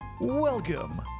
Welcome